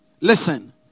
Listen